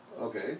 Okay